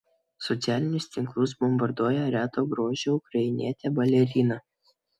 socialinius tinklus bombarduoja reto grožio ukrainietė balerina